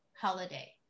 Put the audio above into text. holiday